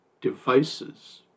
Devices